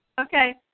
Okay